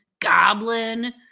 Goblin